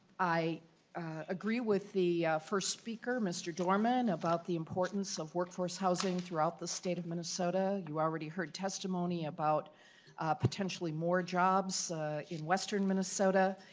i agree with the first speaker mr. dorman about the importance of workforce housing throughout the state of minnesota. you've already heard testimony about potentially more jobs in western minnesota.